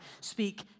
speak